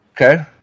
Okay